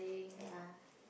ya